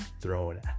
thrown